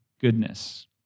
goodness